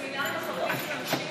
את הסמינרים החרדיים של הנשים שלכם,